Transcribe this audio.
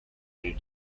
new